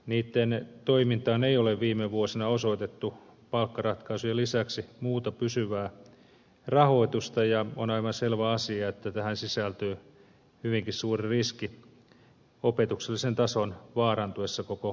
harjoittelukoulujen toimintaan ei ole viime vuosina osoitettu palkkaratkaisujen lisäksi muuta pysyvää rahoitusta ja on aivan selvä asia että tähän sisältyy hyvinkin suuri riski opetuksellisen tason vaarantuessa koko koululaitoksessa